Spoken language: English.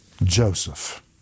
Joseph